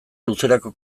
luzerako